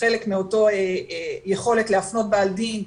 כחלק מאותו יכולת להפנות בעל דין,